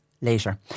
Later